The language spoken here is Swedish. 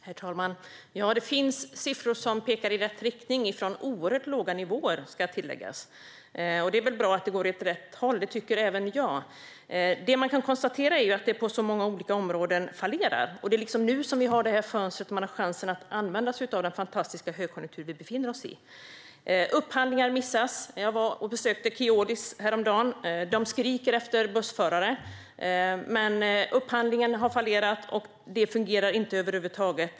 Herr talman! Det finns siffror som pekar i rätt riktning, från oerhört låga nivåer ska tilläggas. Det är väl bra att det går åt rätt håll. Det tycker även jag. Det man kan konstatera är att det fallerar på så många olika områden. Det är nu vi har det här fönstret och man har chansen att använda sig av den fantastiska högkonjunktur vi befinner oss i. Upphandlingar missas. Jag var och besökte Keolis häromdagen. De skriker efter bussförare, men upphandlingen har fallerat. Det fungerar inte över huvud taget.